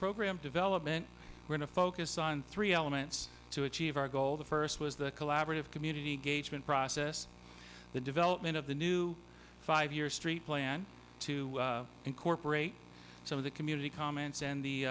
program development going to focus on three elements to achieve our goal the first was the collaborative community gaijin process the development of the new five year street plan to incorporate some of the community comments and the